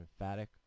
emphatic